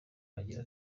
agira